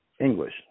English